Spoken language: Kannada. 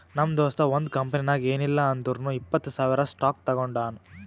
ನಮ್ ದೋಸ್ತ ಒಂದ್ ಕಂಪನಿನಾಗ್ ಏನಿಲ್ಲಾ ಅಂದುರ್ನು ಇಪ್ಪತ್ತ್ ಸಾವಿರ್ ಸ್ಟಾಕ್ ತೊಗೊಂಡಾನ